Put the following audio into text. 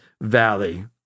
valley